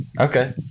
Okay